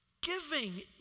Giving